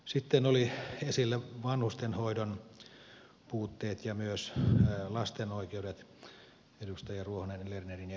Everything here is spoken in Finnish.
sitten olivat esillä vanhustenhoidon puutteet ja myös lasten oikeudet edustaja ruohonen lernerin ja edustaja niikon puheenvuoroissa